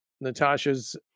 Natasha's